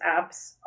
apps